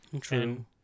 True